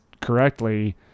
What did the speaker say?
correctly